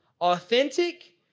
authentic